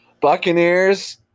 Buccaneers